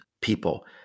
people